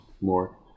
more